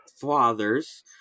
Fathers